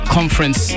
Conference